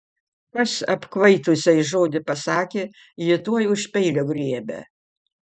kas apkvaitusiai žodį pasakė ji tuoj už peilio griebia